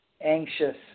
anxious